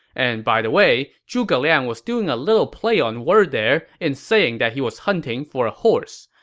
and by the way, zhuge liang was doing a little play on word there in saying that he was hunting for a horse.